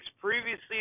previously